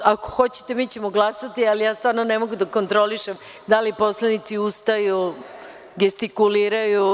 Ako hoćete, mi ćemo glasati, ali ne mogu da kontrolišem da li poslanici ustaju, gestikuliraju.